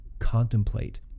contemplate